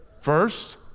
first